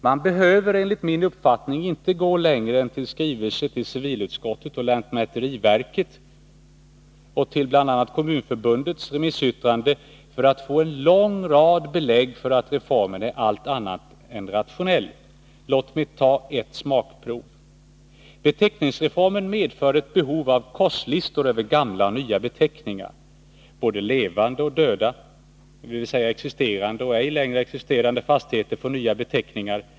Man behöver enligt min uppfattning inte gå längre än till skrivelser till civilutskottet och lantmäteriverket och till Kommunförbundets remissyttrande för att få en lång rad belägg för att reformen är allt annat än rationell. Låt mig ta ett smakprov. Beteckningsreformen medför ett behov av korslistor över gamla och nya beteckningar. Både levande och döda, dvs. existerande och ej längre existerande, fastigheter får nya beteckningar.